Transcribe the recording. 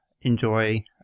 enjoy